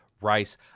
rice